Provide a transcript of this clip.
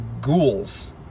ghouls